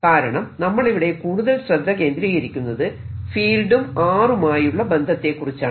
കാരണം നമ്മൾ ഇവിടെ കൂടുതൽ ശ്രദ്ധ കേന്ദ്രീകരിക്കുന്നത് ഫീൽഡും r മായുള്ള ബന്ധത്തെകുറിച്ചാണ്